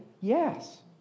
yes